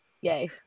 yay